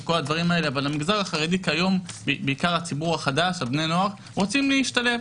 אבל כיום בעיקר בני הנוער החרדים רוצים להשתלב,